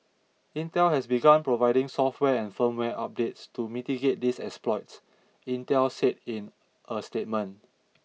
Intel has begun providing software and firmware updates to mitigate these exploits Intel said in a statement